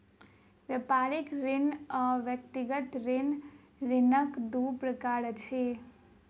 व्यापारिक ऋण आर व्यक्तिगत ऋण, ऋणक दू प्रकार अछि